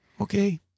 Okay